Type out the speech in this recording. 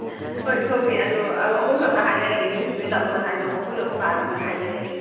ꯍꯣꯏ ꯊꯣꯛꯁꯦ ꯑꯗꯣ ꯑꯥ ꯑꯩꯈꯣꯏꯁꯣꯝꯗ ꯍꯥꯏꯅꯔꯒꯦ ꯅꯣꯏꯁꯨ ꯅꯣꯏ ꯇꯥꯃꯣꯗ ꯍꯥꯏꯅꯧꯀꯣ ꯑꯩꯈꯣꯏꯁꯨ ꯑꯩꯈꯣꯏ ꯕꯥ ꯑꯝꯇ ꯍꯥꯏꯅꯔꯒ ꯌꯦꯡꯒꯦ